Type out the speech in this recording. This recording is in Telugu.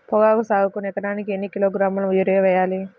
పొగాకు సాగుకు ఎకరానికి ఎన్ని కిలోగ్రాముల యూరియా వేయాలి?